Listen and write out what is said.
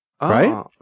right